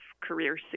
career